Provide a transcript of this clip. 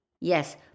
Yes